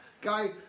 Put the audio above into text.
Guy